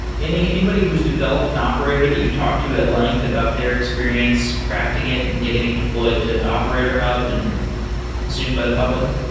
anybody who's developed an operator that you've talked to at length about their experience crafting it and getting it deployed to operator hub and consumed by the public?